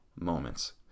moments